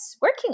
working